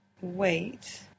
wait